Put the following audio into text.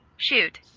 shoot.